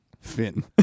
Finn